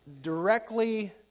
directly